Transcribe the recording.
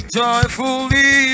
joyfully